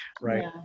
Right